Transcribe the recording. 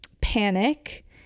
panic